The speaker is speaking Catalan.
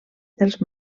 dels